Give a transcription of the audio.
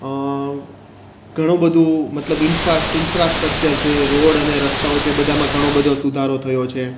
ઘણું બધું મતલબ ઇનફ્રાસ્ટ્રક્ચર છે રોડ અને રસ્તાઓ છે એ બધામાં ઘણો બધો સુધારો થયો છે